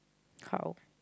how